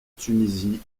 tunisie